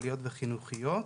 כלכליות וחינוכיות.